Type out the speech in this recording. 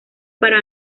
para